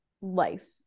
life